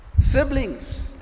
Siblings